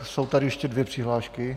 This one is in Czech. Jsou tady ještě dvě přihlášky.